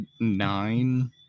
nine